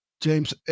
James